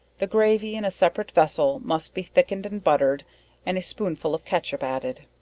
the gravy in a separate vessel must be thickened and buttered and a spoonful of ketchup added.